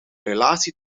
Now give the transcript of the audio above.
relatie